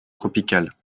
tropicales